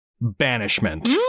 Banishment